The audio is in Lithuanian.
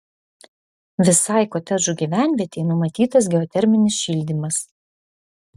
visai kotedžų gyvenvietei numatytas geoterminis šildymas